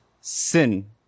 sin